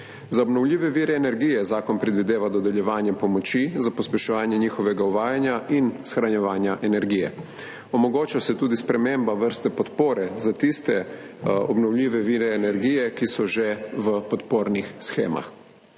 Za obnovljive vire energije zakon predvideva dodeljevanje pomoči za pospeševanje njihovega uvajanja in shranjevanja energije. Omogoča se tudi sprememba vrste podpore za tiste obnovljive vire energije, ki so že v podpornih shemah.